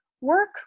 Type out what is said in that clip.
work